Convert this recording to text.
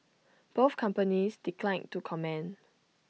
both companies declined to comment